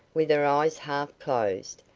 with her eyes half closed,